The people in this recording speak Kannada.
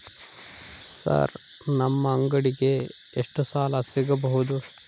ಸರ್ ನಮ್ಮ ಅಂಗಡಿಗೆ ಎಷ್ಟು ಸಾಲ ಸಿಗಬಹುದು?